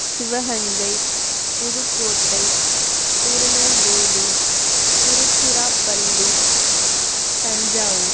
Sivaganga Pudukkottai Tirunelveli Tiruchirappalli Thanjavur